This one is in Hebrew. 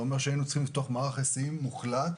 אומרת שהיינו צריכים לפתוח מערך היסעים מוחלט.